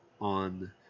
on